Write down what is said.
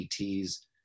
ETs